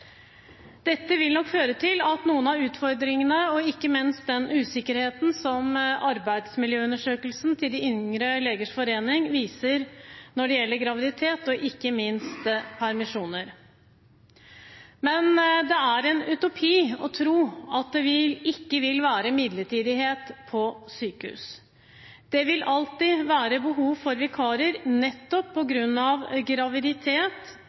Dette vil nok føre til noen utfordringer, ikke minst den usikkerheten som arbeidsmiljøundersøkelsen til Yngre legers forening viser når det gjelder graviditet, og ikke minst permisjoner. Men det er en utopi å tro at det ikke vil være midlertidighet på sykehus. Det vil alltid være behov for vikarer nettopp på grunn av graviditet,